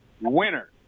winner